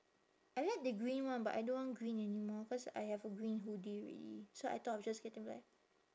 I like the green one but I don't want green anymore cause I have a green hoodie already so I thought of just getting black